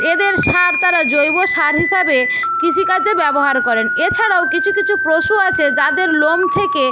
এদের সার তারা জৈব সার হিসাবে কৃষিকাজে ব্যবহার করেন এছাড়াও কিছু কিছু পশু আছে যাদের লোম থেকে